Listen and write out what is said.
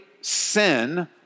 sin